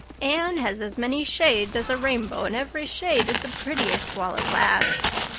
anne has as many shades as a rainbow and every shade is the prettiest while it lasts.